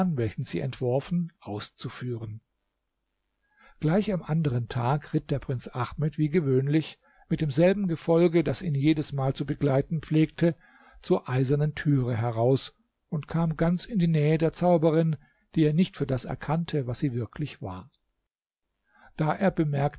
welchen sie entworfen auszuführen gleich am anderen tag ritt der prinz ahmed wie gewöhnlich mit demselben gefolge das ihn jedesmal zu begleiten pflegte zur eisernen türe heraus und kam ganz in die nähe der zauberin die er nicht für das erkannte was sie wirklich war da er bemerkte